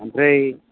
ओमफ्राय